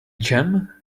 gem